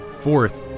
Fourth